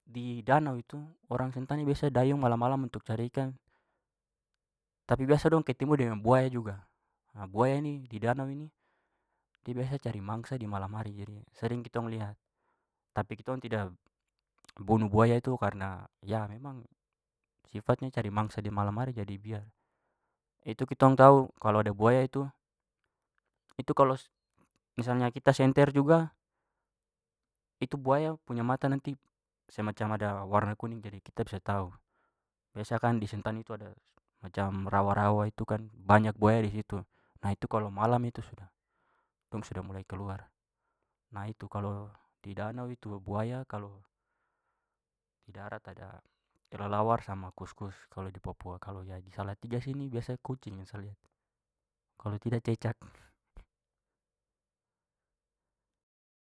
Di danau itu orang sentani biasa dayung malam-malam untuk cari ikan. Tapi biasa dong ketemu dengan buaya juga. A, buaya ini di danau ini dia biasa cari mangsa di malam hari jadi sering kitong lihat. Tapi kitong bunuh buaya itu karena memang sifatnya cari mangsa di malam hari jadi biar. Itu kitong tahu kalau ada buaya itu, itu kalau misalnya kita senter juga itu buaya punya mata nanti semacam ada warna kuning jadi kita bisa tahu. Biasa kan di sentani itu ada macam rawa-rawa itu kan, banyak buaya di situ. Nah, itu kalau malam itu sudah dong sudah mulai keluar. Nah, itu, kalau di danau itu buaya, kalau di darat ada kelelawar sama kuskus. Kalau di papua. Kalau di salatiga sini biasa kucing yang sa lihat. Kalau tidak cicak.